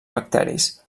bacteris